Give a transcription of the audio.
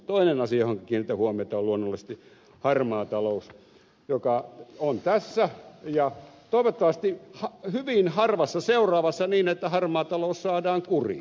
toinen asia johonka kiinnitän huomiota on luonnollisesti harmaa talous joka on tässä ja toivottavasti hyvin harvassa seuraavassa niin että harmaa talous saadaan kuriin